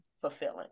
fulfilling